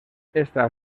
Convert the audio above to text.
estas